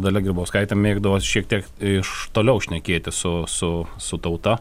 dalia grybauskaitė mėgdavo šiek tiek iš toliau šnekėtis su su su tauta